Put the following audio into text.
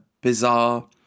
bizarre